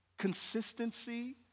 consistency